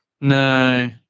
no